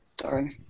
sorry